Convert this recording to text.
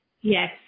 Yes